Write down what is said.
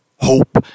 hope